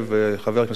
חבר הכנסת אלדד,